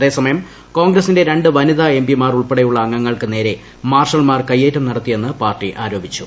അത്സമയ്ം കോൺഗ്രസിന്റെ രണ്ട് വനിതാ എം പിമാർ ഉൾപ്പെടെയുള്ള അംഗ്രിങ്ങൾക്ക് നേരെ മാർഷൽമാർ കയ്യേറ്റം നടത്തിയെന്ന് പാർട്ടി ആരോപിച്ചു